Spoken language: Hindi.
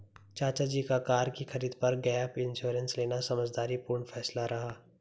चाचा जी का कार की खरीद पर गैप इंश्योरेंस लेना समझदारी पूर्ण फैसला रहा